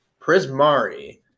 Prismari